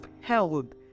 held